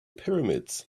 pyramids